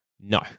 No